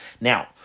Now